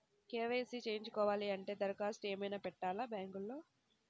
KYC చేయించుకోవాలి అంటే దరఖాస్తు ఏమయినా పెట్టాలా బ్యాంకులో?